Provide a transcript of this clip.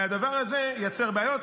והדבר הזה יצר בעיות.